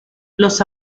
los